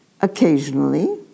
Occasionally